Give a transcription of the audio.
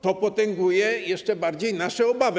To potęguje jeszcze bardziej nasze obawy.